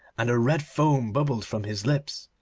and a red foam bubbled from his lips.